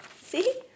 See